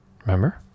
remember